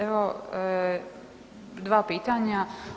Evo, dva pitanja.